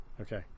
Okay